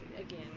again